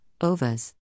OVAs